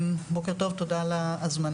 בוקר טוב, תודה על ההזמנה.